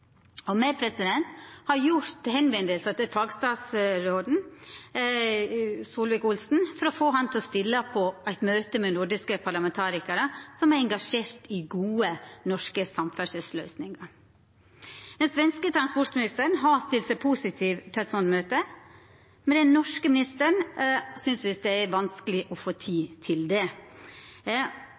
kontakt med fagstatsråden, Solvik-Olsen, for å få han til å stilla på eit møte med nordiske parlamentarikarar som er engasjerte i gode nordiske samferdselsløysingar. Den svenske transportministeren har stilt seg positiv til eit slikt møte, men den norske ministeren synest visst det er vanskeleg å få tid til det.